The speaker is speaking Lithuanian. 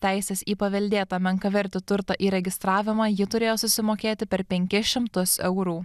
teises į paveldėtą menkavertį turto įregistravimą ji turėjo susimokėti per penkis šimtus eurų